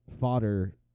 fodder